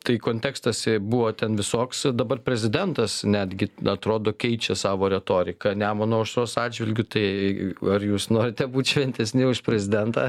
tai kontekstas buvo ten visoks dabar prezidentas netgi atrodo keičia savo retoriką nemuno aušros atžvilgiu tai ar jūs norite būt šventesni už prezidentą